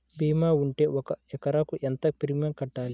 భీమా ఉంటే ఒక ఎకరాకు ఎంత ప్రీమియం కట్టాలి?